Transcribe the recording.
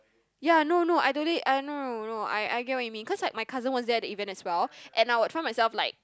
ya no no I don't need I know know I I get what you mean cause that my cousin was that event as well and I would find myself like